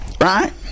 Right